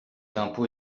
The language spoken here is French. impôts